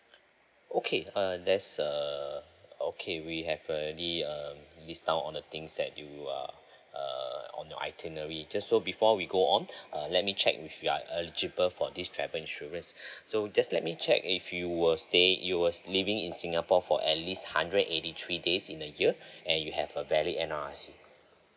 okay uh there's err okay we have already uh list down all the things that you are uh on your itinerary just so before we go on uh let me check with if you are eligible for this travel insurance so just let me check if you were stay you were living in singapore for at least hundred eighty three days in a year and you have a valid N_R_I_C